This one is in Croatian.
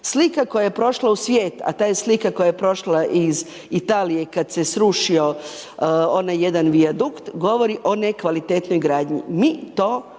Slika koja je prošla u svijet a ta je slika koja je prošla iz Italije kada se srušio onaj jedan vijadukt govori o nekvalitetnoj gradnji, mi to u Hrvatskoj na